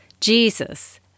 Jesus